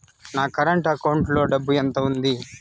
నా current account లో డబ్బులు ఎంత ఉంది?